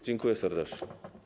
Dziękuję serdecznie.